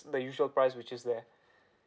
the usual price which is there